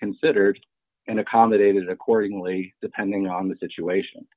considered and accommodated accordingly depending on the situation